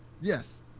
Yes